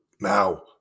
Now